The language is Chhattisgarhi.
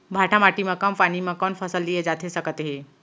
भांठा माटी मा कम पानी मा कौन फसल लिए जाथे सकत हे?